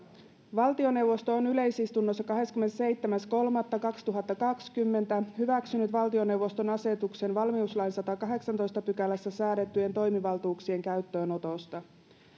valtioneuvosto on yleisistunnossa kahdeskymmenesseitsemäs kolmatta kaksituhattakaksikymmentä hyväksynyt valtioneuvoston asetuksen valmiuslain sadannessakahdeksannessatoista pykälässä säädettyjen toimivaltuuksien käyttöönotosta